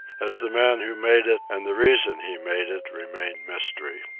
as the man who made it and the reason he made it remained mystery.